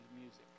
music